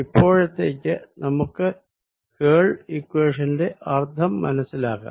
ഇപ്പോഴത്തേക്ക് നമുക്ക് കേൾ ഇക്വേഷന്റെ അർത്ഥം മനസിലാക്കാം